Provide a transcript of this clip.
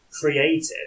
creative